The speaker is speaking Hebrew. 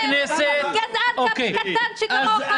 -- -גזען קטן שכמוך.